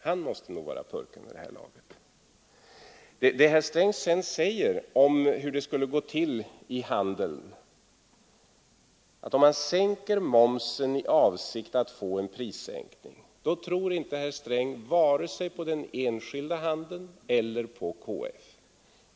Han måste nog vara purken vid det här laget. Det herr Sträng sedan säger om hur det skulle gå till i handeln, ifall man sänker momsen i avsikt att få en prissänkning, visar att herr Sträng inte tror vare sig på den enskilda handeln eller på KF.